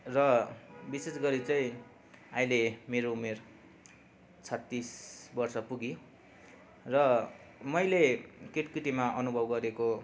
र विशेष गरी चाहिँ अहिले मेरो उमेर छत्तिस वर्ष पुग्यो र मैले केट केटीमा अनुभव गरेको